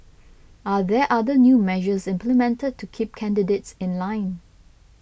are there other new measures implemented to keep candidates in line